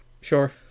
Sure